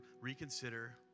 reconsider